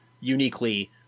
uniquely